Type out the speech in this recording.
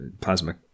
plasma